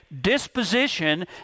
disposition